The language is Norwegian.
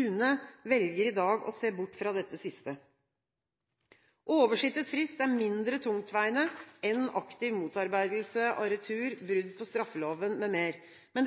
UNE velger i dag å se bort fra dette siste. Oversittet frist er mindre tungtveiende enn aktiv motarbeidelse av retur, brudd på straffeloven m.m.